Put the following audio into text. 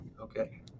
Okay